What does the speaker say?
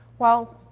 well,